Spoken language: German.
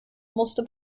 musste